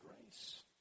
grace